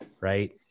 Right